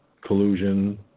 collusion